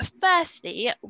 firstly